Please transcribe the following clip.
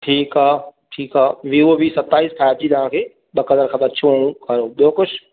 ठीक आ ठीक आ विवो वी सताईस फाईव जी तां खे ॿ कलर खपन अछो ऐं कारो ॿियो कुझु